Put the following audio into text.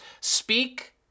speak